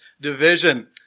division